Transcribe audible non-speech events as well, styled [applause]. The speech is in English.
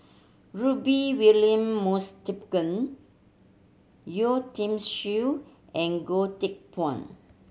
Rudy William [unintelligible] Yeo Tiam Siew and Goh Teck Phuan